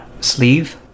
Sleeve